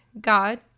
God